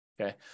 Okay